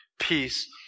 peace